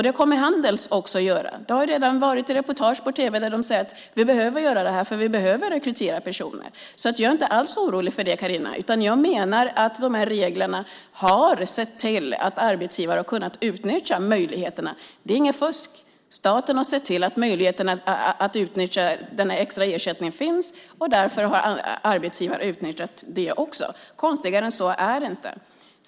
Det kommer Handels också att göra. Det har redan varit reportage på tv där de säger att de behöver göra det här, för de behöver rekrytera personer. Jag är inte alls orolig för det, Carina. Jag menar att reglerna har sett till att arbetsgivare har kunnat utnyttja möjligheterna. Det är inget fusk. Staten har sett till att möjligheterna att utnyttja den extra ersättningen finns. Därför har arbetsgivare utnyttjat det också. Konstigare än så är det inte.